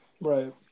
Right